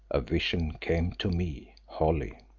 a vision came to me holly.